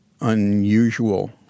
unusual